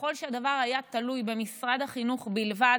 ככל שהדבר היה תלוי במשרד החינוך בלבד,